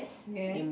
yes